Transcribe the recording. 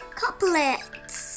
couplets